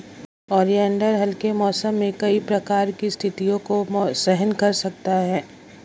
oleander हल्के मौसम में कई प्रकार की स्थितियों को सहन कर सकता है